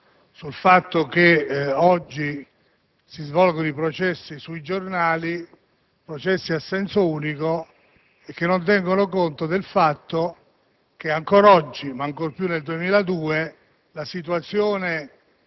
i processi si svolgono sui giornali; processi a senso unico, che non tengono conto del fatto che, ancora oggi, ma ancor più nel 2002, la situazione